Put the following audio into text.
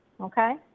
okay